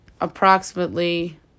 approximately